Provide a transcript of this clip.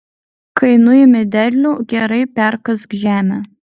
kai nuimi derlių gerai perkask žemę